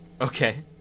okay